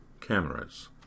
Cameras